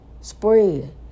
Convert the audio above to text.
spread